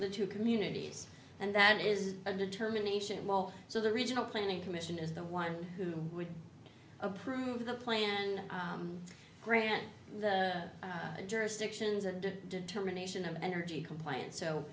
the two communities and that is a determination well so the regional planning commission is the one who would approve the plan and grant the jurisdictions and determination of energy compliance so